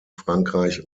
frankreich